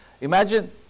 Imagine